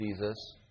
Jesus